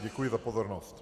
Děkuji za pozornost.